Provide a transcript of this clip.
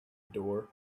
door